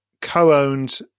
co-owned